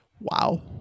Wow